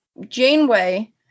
Janeway